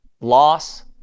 loss